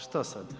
Što sad?